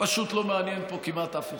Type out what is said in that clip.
פשוט לא מעניין פה כמעט אף אחד.